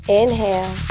Inhale